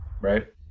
right